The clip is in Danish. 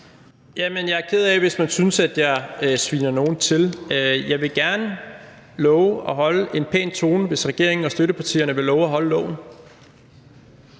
Jeg er ked af, hvis man synes, at jeg sviner nogen til. Jeg vil gerne love at holde en pæn tone, hvis regeringen og støttepartierne vil love at holde loven.